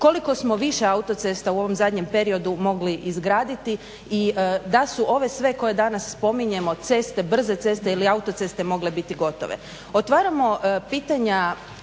koliko smo više autocesta u ovom zadnjem periodu mogli izgraditi i da su ove sve koje danas spominjemo ceste, brze ceste ili autoceste mogle biti gotove. Otvaramo pitanja